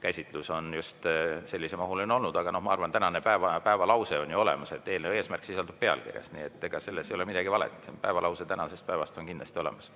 käsitlus on just sellisemahuline olnud. Aga noh, ma arvan, et tänane päevalause on ju olemas: eelnõu eesmärk sisaldub pealkirjas. Nii et ega selles ei ole midagi valet, päevalause tänasest päevast on kindlasti olemas.